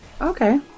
okay